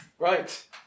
Right